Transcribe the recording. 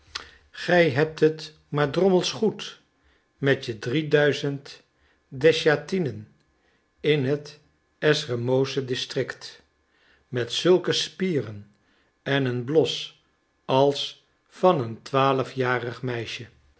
gij hebt het maar drommels goed met je drie duizend desjatinen in het ezremowsche district met zulke spieren en een blos als van een twaalfjarig meisje